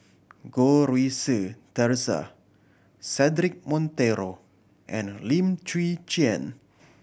Goh Rui Si Theresa Cedric Monteiro and Lim Chwee Chian